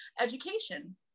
education